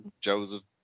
Joseph